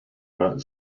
not